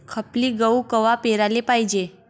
खपली गहू कवा पेराले पायजे?